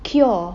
cure